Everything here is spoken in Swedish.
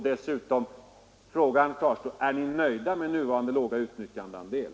Dessutom kvarstår frågan: Är socialdemokraterna nöjda med nuvarande låga utnyttjandeandel?